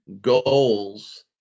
goals